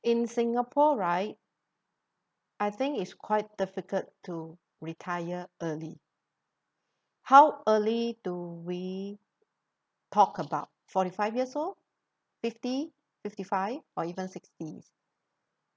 in singapore right I think it's quite difficult to retire early how early do we talk about forty five years old fifty fifty five or even sixties